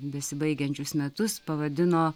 besibaigiančius metus pavadino